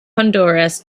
honduras